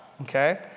Okay